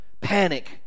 Panic